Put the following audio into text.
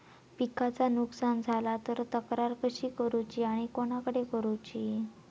पिकाचा नुकसान झाला तर तक्रार कशी करूची आणि कोणाकडे करुची?